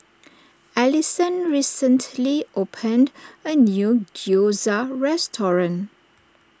Allisson recently opened a new Gyoza restaurant